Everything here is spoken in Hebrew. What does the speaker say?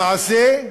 למעשה,